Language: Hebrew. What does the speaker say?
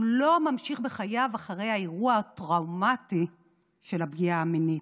הוא לא ממשיך בחייו אחרי האירוע הטראומטי של הפגיעה המינית.